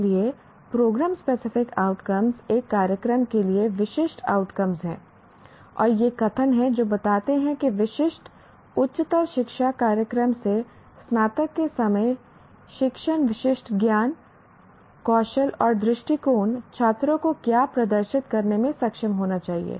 इसलिए programme specific outcomes एक कार्यक्रम के लिए विशिष्ट आउटकम्स हैं और ये कथन हैं जो बताते हैं कि विशिष्ट उच्चतर शिक्षा कार्यक्रम से स्नातक के समय शिक्षण विशिष्ट ज्ञान कौशल और दृष्टिकोण छात्रों को क्या प्रदर्शित करने में सक्षम होना चाहिए